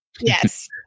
Yes